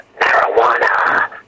marijuana